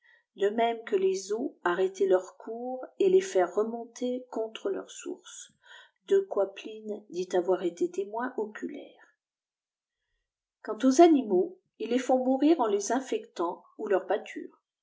de même que les eaux arrêter leur cours et les faire remonter contre leur source de quoi pline dit avoir été témoin oculaire quant aux animaux ils les font mourir en les infectant ou leur pâture